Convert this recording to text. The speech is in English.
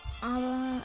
aber